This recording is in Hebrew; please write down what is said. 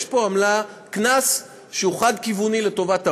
יש פה עמלה, קנס, שהוא חד-כיווני, לטובת הבנק,